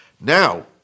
Now